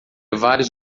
vários